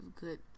good